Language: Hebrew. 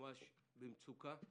נמצאים במצוקה.